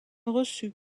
reçut